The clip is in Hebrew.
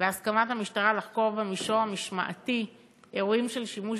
והסכמת המשטרה לחקור במישור המשמעתי אירועי שימוש